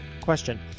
question